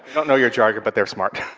don't know your jargon, but they're smart.